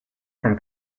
from